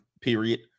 period